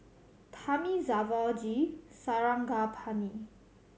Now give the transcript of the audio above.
Thamizhavel G Sarangapani